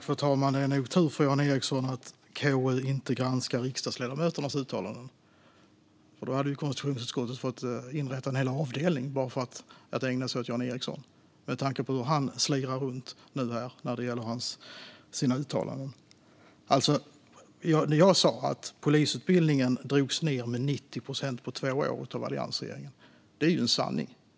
Fru talman! Det är nog tur för Jan Ericson att KU inte granskar riksdagsledamöternas uttalanden, för då hade konstitutionsutskottet fått inrätta en hel avdelning bara för att ägna sig åt Jan Ericson, med tanke på hur han slirar med sina uttalanden. Jag sa att polisutbildningen drogs ned med 90 procent på två år av alliansregeringen. Det är en sanning.